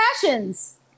Passions